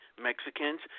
Mexicans